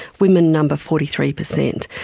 women number forty three percent.